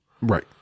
right